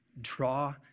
draw